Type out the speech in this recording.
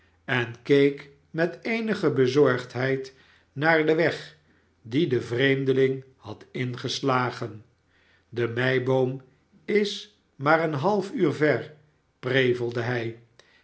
en keek met eenige bezorgdheid naar den weg dien de vreemdeling had ingeslagen de meiboom is maar een half uur ver prevelde hij